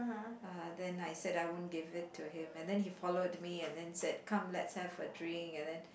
uh then I said I won't give it to him and then he followed me and then said come let's have a drink and then